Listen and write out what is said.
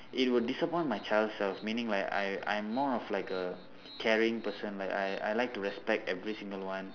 it would disappoint my child self meaning like I I'm more of like a caring person like I I like to respect every single one